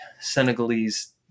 Senegalese